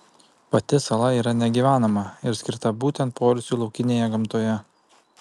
pati sala yra negyvenama ir skirta būtent poilsiui laukinėje gamtoje